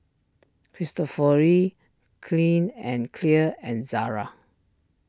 Cristofori Clean and Clear and Zara